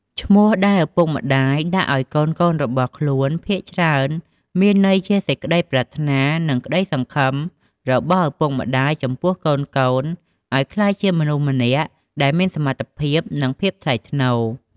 ឈ្មោះដែលឪពុកម្តាយដាក់ឲ្យកូនៗរបស់ខ្លួន ភាគច្រើនមានន័យជាសេចក្តីប្រាថ្នា និង ក្តីសង្ឃឹមរបស់ឪពុកម្តាយ ចំពោះកូនៗឲ្យក្លាយជាមនុស្សម្នាក់ដែលមានសមត្ថភាព និងភាពថ្លៃថ្នូរ។